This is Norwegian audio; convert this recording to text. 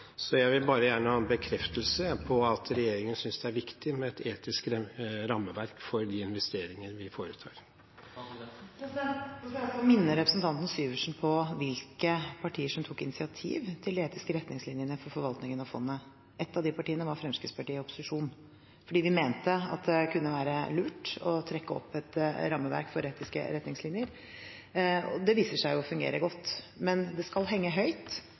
Jeg vil gjerne ha en bekreftelse på at regjeringen synes det er viktig med et etisk rammeverk for de investeringene vi foretar. Nå tror jeg jeg skal minne representanten Syversen på hvilke partier som tok initiativ til de etiske retningslinjene for forvaltningen av fondet. Ett av de partiene var Fremskrittspartiet i opposisjon fordi vi mente det kunne være lurt å trekke opp et rammeverk for etiske retningslinjer. Det viser seg å fungere godt. Men det skal henge høyt